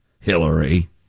hillary